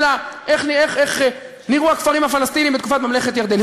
של איך שנראו הכפרים הפלסטיניים בתקופת ממלכת ירדן.